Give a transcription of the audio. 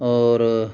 ਔਰ